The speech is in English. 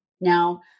Now